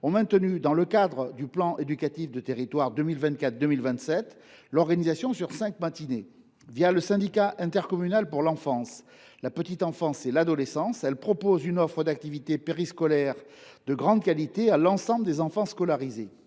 ont maintenu, dans le cadre du projet éducatif de territoire 2024 2027, l’organisation sur cinq matinées. le syndicat intercommunal enfance, petite enfance et adolescence, elles proposent une offre d’activités périscolaires de grande qualité à l’ensemble des enfants scolarisés.